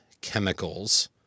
chemicals